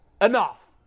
Enough